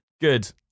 Good